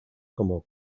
como